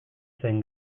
zen